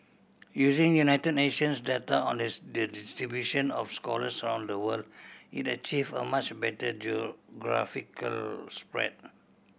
using United Nations data on the distribution of scholars around the world it achieve a much better geographical spread